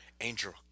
Angel